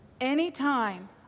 anytime